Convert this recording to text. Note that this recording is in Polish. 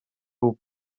był